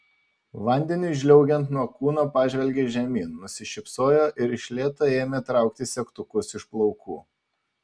vandeniui žliaugiant nuo kūno pažvelgė žemyn nusišypsojo ir iš lėto ėmė traukti segtukus iš plaukų